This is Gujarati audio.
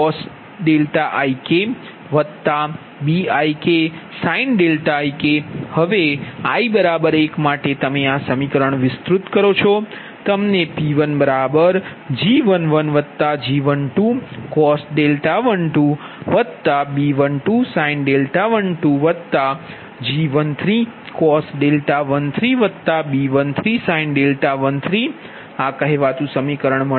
હવે i 1 માટે તમે આ સમીકરણ વિસ્તૃત કરો છો તમને P1 G11 G12 cos 12 B12 sin 12 G13 cos 13 B13 sin 13 આ કહેવાતું સમીકરણ છે